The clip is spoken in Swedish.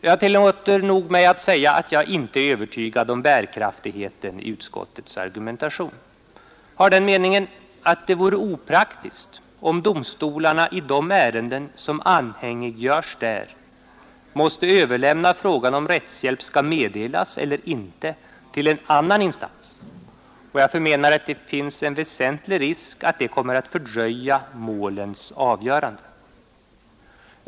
Jag tillåter mig säga att jag inte är övertygad om bärkraften i utskottets argumentation. Det vore opraktiskt, om domstolarna i de ärenden som anhängiggörs där måste överlämna frågan om rättshjälp skall meddelas eller inte, till en annan instans, och jag förmenar att det finns risk att det kommer att fördröja målens avgörande.